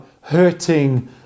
hurting